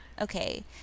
Okay